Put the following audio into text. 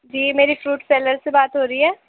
جی میری fruit seller سے بات ہو رہی ہے